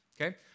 okay